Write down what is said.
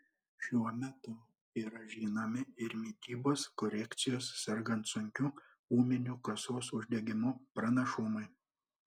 šiuo metu yra žinomi ir mitybos korekcijos sergant sunkiu ūminiu kasos uždegimu pranašumai